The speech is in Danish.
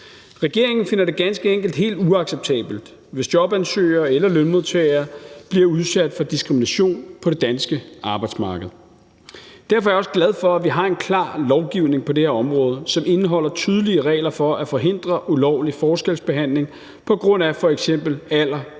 Regeringen finder det ganske enkelt helt uacceptabelt, hvis jobansøgere eller lønmodtagere bliver udsat for diskrimination på det danske arbejdsmarked. Derfor er jeg også glad for, at vi har en klar lovgivning på det her område, som indeholder tydelige regler for at forhindre ulovlig forskelsbehandling på grund af f.eks. alder, køn